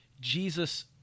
Jesus